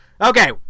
Okay